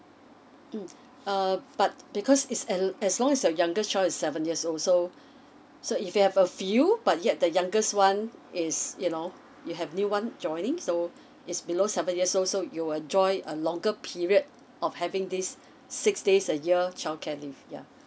mm uh but because it's al~ as long as your youngest child is seven years old so so if you have a few but yet the youngest one is you know you have new one joining so is below seven years old so you will enjoy a longer period of having this six days a year childcare leave yeah